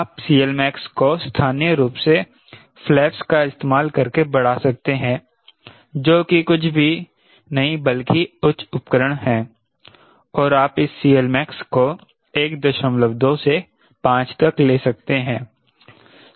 आप CLmax को स्थानीय रूप से फ्लैपस का इस्तेमाल करके बढ़ा सकते हैं जो की कुछ भी नहीं बल्कि उच्च उपकरण है और आप इस CLmax को 12 से 5 तक ले सकते हैं